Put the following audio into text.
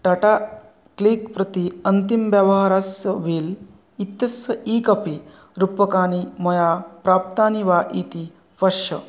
Tata click प्रति अन्तिमं व्यवहारस्य बिल् इत्तस्स ई कापी रूप्यकाणि मया प्राप्तानि वा इति पश्य